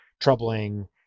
troubling